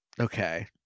Okay